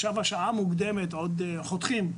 עכשיו השעה מוקדמת ועוד חותכים.